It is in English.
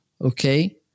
Okay